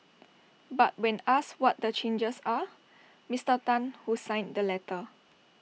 but when asked what the changes are Mister Tan who signed the letter